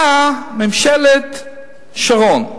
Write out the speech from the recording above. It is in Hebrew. באה ממשלת שרון,